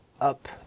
up